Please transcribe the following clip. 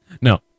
No